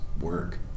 work